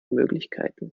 möglichkeiten